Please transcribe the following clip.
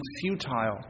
futile